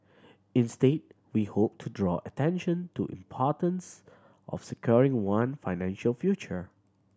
instead we hoped to draw attention to importance of securing one financial future